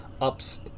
ups